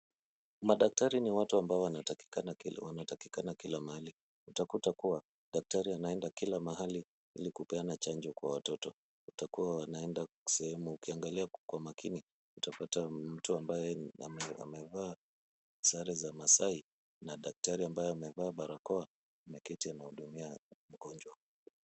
Madaktari ni watu ambao wanatakikana kila mahali, utakuta kuwa daktari anaenda kila mahali ili kupeana chanjo kwa watoto, watakuwa wanaenda sehemu, ukiangalia kwa makini, utapata ni mtu ambaye amevaa sare za masaai na daktari ambaye amevaa barakoa ameketi anahudumia mgonjwa.